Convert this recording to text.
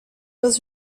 was